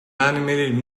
animated